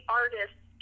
artists